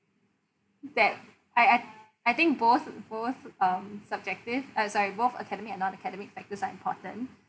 that I I I think both both um subjective ah sorry both academic and non academic factors are important